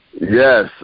Yes